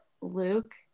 Luke